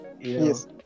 Yes